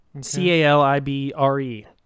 c-a-l-i-b-r-e